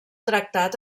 tractat